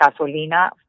Gasolina